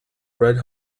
red